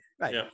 right